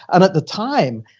and at the time,